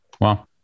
Wow